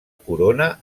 corona